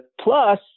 Plus